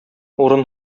урын